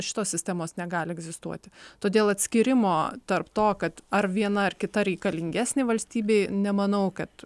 šitos sistemos negali egzistuoti todėl atskyrimo tarp to kad ar viena ar kita reikalingesnė valstybei nemanau kad